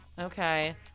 Okay